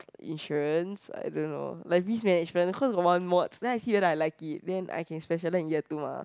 insurance I don't know like risk management cause one mod then I see whether I like it then I can specialise in year two mah